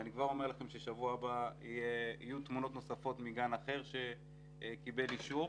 אני כבר אומר לכם ששבוע הבא יהיו תמונות נוספות מגן אחר שקיבל אישור.